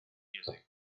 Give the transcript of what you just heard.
music